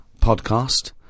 podcast